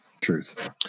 Truth